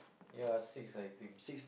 ya six I think